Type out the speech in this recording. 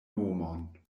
nomon